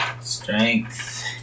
Strength